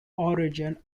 origin